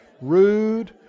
Rude